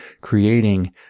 creating